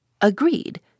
Agreed